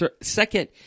second